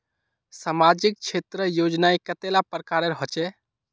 सामाजिक क्षेत्र योजनाएँ कतेला प्रकारेर होचे?